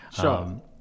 Sure